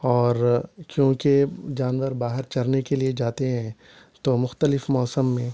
اور کیونکہ جانور باہر چرنے کے لیے جاتے ہیں تو مختلف موسم میں